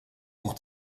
pour